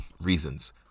reasons